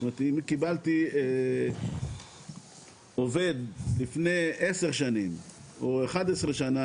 זאת אומרת אם קיבלתי עובד לפני עשר שנים או 11 שנים,